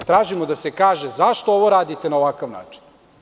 Tražimo da se kaže zašto ovo radite na ovakav način?